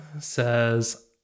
says